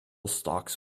stocks